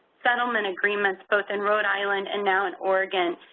settlement agreements, both in rhode island and now in oregon.